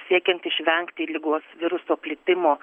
siekiant išvengti ligos viruso plitimo